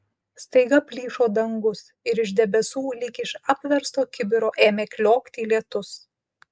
staiga plyšo dangus ir iš debesų lyg iš apversto kibiro ėmė kliokti lietus